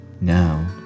Now